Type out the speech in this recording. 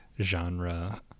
genre